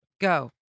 Go